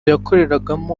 yakoreragamo